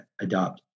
adopt